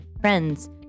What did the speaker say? friends